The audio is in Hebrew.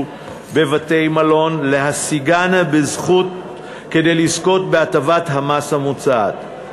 בבתי-מלון להשיגן כדי לזכות בהטבת המס המוצעת.